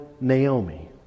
Naomi